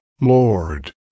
Lord